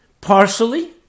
partially